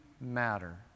matter